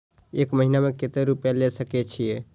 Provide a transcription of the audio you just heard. एक महीना में केते रूपया ले सके छिए?